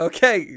Okay